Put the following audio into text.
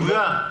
יפגע.